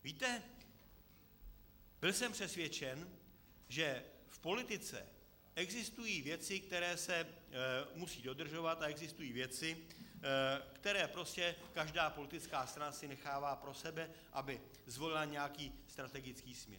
Víte, byl jsem přesvědčen, že v politice existují věci, které se musí dodržovat, a existují věci, které prostě každá politická strana si nechává pro sebe, aby zvolila nějaký strategický směr.